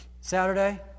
Saturday